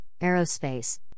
aerospace